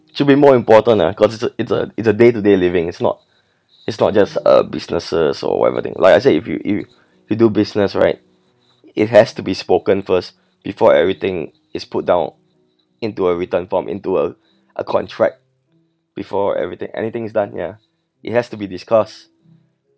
should be more important ah cause it's a it's a it's a day to day living it's not it's not just uh businesses or whatever thing like I said if you if you do business right it has to be spoken first before everything is put down into a written form into a a contract before everything anything is done ya it has to be discussed